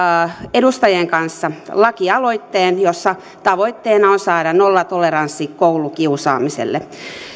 edustajien kanssa lakialoitteen jossa tavoitteena on saada nollatoleranssi koulukiusaamiselle